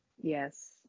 Yes